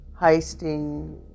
heisting